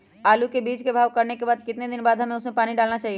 आलू के बीज के भाव करने के बाद कितने दिन बाद हमें उसने पानी डाला चाहिए?